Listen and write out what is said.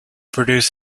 produced